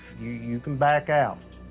you you can back out.